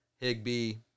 Higby